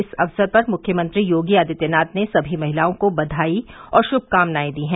इस अवसर पर मुख्यमंत्री योगी आदित्यनाथ ने सभी महिलाओं को बधाई और शुभकामनाए दी हैं